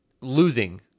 losing